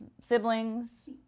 siblings